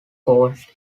coast